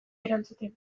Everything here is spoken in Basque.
erantzuten